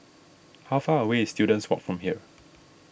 how far away is Students Walk from here